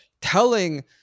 telling